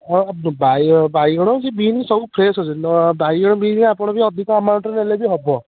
ହଁ ବାଇଗଣ ବାଇଗଣ ବିନ୍ ସବୁ ଫ୍ରେଶ୍ ଅଛନ୍ତି ବାଇଗଣ ବିନ୍ ବି ଆପଣ ଅଧିକ ଆମାଉଣ୍ଟରେ ନେଲେ ବି ହେବ